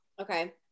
Okay